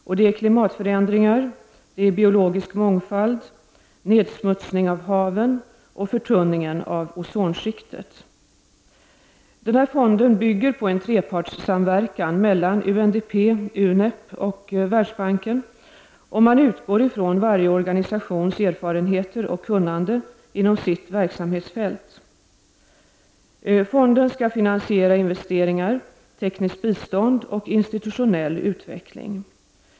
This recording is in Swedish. Dessa är klimatförändringar, biologisk mångfald, nedsmutsning av haven och förtunning av ozonskiktet. Fonden bygger på en trepartssamverkan mellan UNDP, UNEP och Världsbanken, och man utgår från varje organisations erfarenheter och kunnande inom sitt verksamhetsfält. Fonden skall finansiera investeringar, tekniskt bistånd och institutionell utveckling.